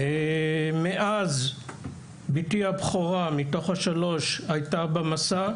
מאז בתי הבכורה מתוך השלוש שלי הייתה במסע,